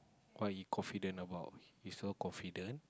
what he confident about he so confident